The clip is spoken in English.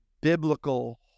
biblical